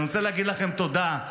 אני רוצה להגיד לכם תודה.